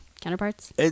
counterparts